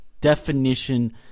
definition